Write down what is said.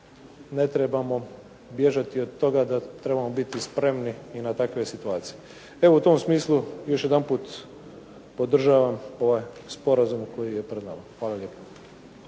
ne trebamo bježati od toga da trebamo biti spremni i na takve situacije. Evo, u tom smislu još jedanput podržavam ovaj sporazum koji je pred nama. Hvala lijepo.